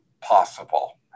possible